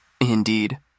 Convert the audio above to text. Indeed